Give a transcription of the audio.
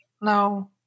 No